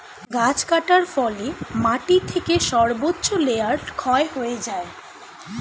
গাছ কাটার ফলে মাটি থেকে সর্বোচ্চ লেয়ার ক্ষয় হয়ে যায়